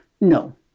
No